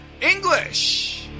English